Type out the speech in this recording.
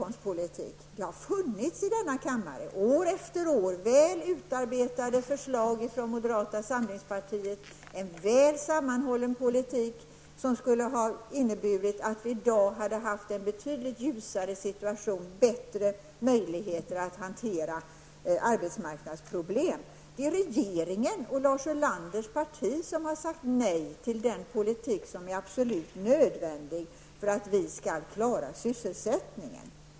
Men det har faktiskt i denna kammare år efter år funnits väl utarbetade förslag från moderata samlingspartiet, vilka har visat på en väl sammanhållen politik och vilka, om de förverkligades, skulle ha inneburit att vi i dag hade haft en betydligt ljusare situation och bättre möjligheter att hantera arbetsmarknadsproblem. Det är regeringen, Lars Ulanders parti, som har sagt nej till den politik som är absolut nödvändig för att vi skall klara sysselsättningen.